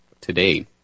today